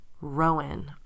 Rowan